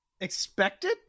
Expected